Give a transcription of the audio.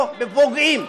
או פוגעים,